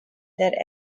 that